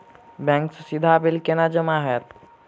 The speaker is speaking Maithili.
बैंक सँ सीधा बिल केना जमा होइत?